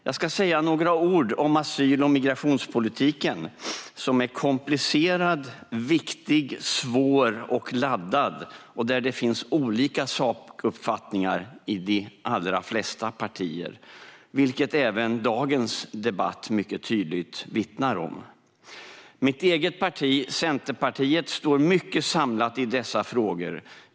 Jag ska säga några ord om asyl och migrationspolitiken, som är komplicerad, viktig, svår och laddad, och där det finns olika uppfattningar i sak i de allra flesta partier. Det vittnar även dagens debatt mycket tydligt om. Mitt eget parti, Centerpartiet, står mycket samlat i dessa frågor.